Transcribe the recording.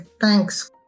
thanks